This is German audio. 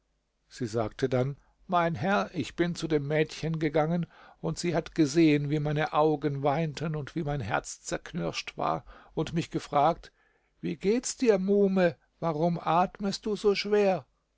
sie sagte dann mein herr ich bin zu dem mädchen gegangen und sie hat gesehen wie meine augen weinten und wie mein herz zerknirscht war und mich gefragt wie geht's dir muhme warum atmest du so schwer